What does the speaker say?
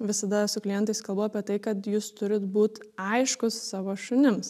visada su klientais kalbu apie tai kad jūs turit būt aiškūs savo šunims